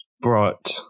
brought